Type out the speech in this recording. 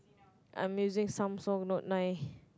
I'm using Samsung Note nine